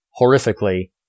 horrifically